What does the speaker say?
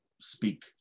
speak